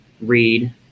read